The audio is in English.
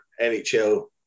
NHL